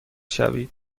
شوید